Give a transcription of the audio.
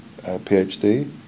PhD